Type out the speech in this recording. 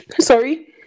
Sorry